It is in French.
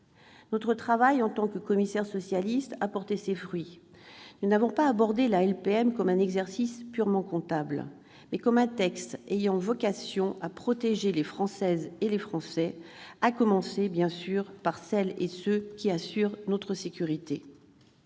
Notre travail, en tant que commissaires socialistes, a porté ses fruits. Nous n'avons pas abordé la LPM comme un exercice purement comptable, mais comme un texte ayant vocation à protéger les Françaises et les Français, à commencer par celles et ceux qui assurent notre sécurité.